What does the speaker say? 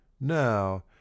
now